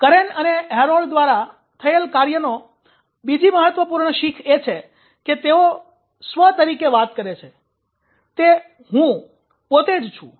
Karen અને Harold દ્વારા થયેલ કાર્યનો બીજી મહત્વપૂર્ણ શીખ એ છે કે જેની તેઓ 'સ્વ' તરીકે વાત કરે છે તે 'હું' પોતે જ છુ